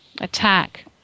attack